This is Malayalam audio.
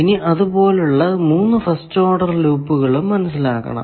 ഇനി അതുപോലുള്ള 3 ഫസ്റ്റ് ഓഡർ ലൂപ്പുകളും മനസ്സിലാക്കണം